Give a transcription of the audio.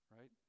right